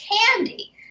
candy